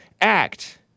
Act